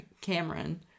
cameron